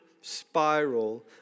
spiral